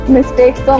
Mistakes